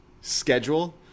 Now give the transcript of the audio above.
schedule